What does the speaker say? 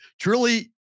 Truly